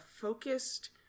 focused